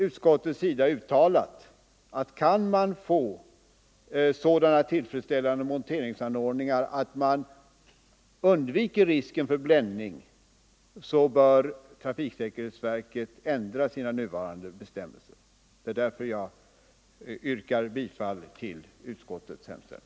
Utskottet har uttalat att om man kan få till stånd tillfredsställande monteringsanordningar, så att man undviker risken för bländning, bör trafiksäkerhetsverket ändra sina nuvarande bestämmelser, Jag yrkar bifall till utskottets hemställan.